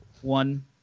one